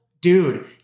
Dude